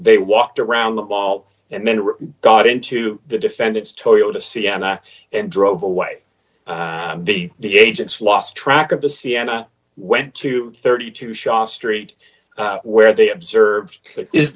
they walked around the vault and then got into the defendant's toyota sienna and drove away the agents lost track of the sienna went to thirty two shot street where they observed